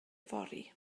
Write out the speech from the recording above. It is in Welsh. fory